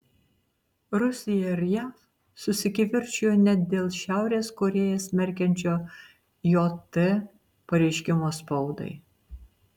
rusija ir jav susikivirčijo net dėl šiaurės korėją smerkiančio jt pareiškimo spaudai